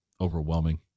overwhelming